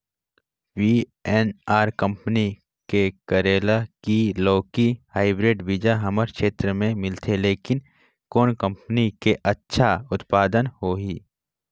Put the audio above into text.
VNR company के करेला की लौकी हाईब्रिड बीजा हमर क्षेत्र मे मिलथे, लेकिन कौन कंपनी के अच्छा उत्पादन होही?